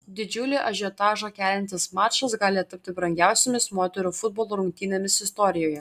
didžiulį ažiotažą keliantis mačas gali tapti brangiausiomis moterų futbolo rungtynėmis istorijoje